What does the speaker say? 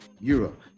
Europe